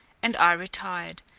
and i retired,